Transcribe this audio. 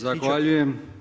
Zahvaljujem.